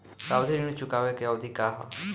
सावधि ऋण चुकावे के अवधि का ह?